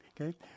okay